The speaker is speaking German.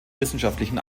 wissenschaftlichen